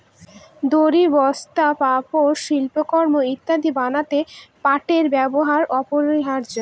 দড়ি, বস্তা, পাপোষ, শিল্পকর্ম ইত্যাদি বানাতে পাটের ব্যবহার অপরিহার্য